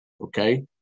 okay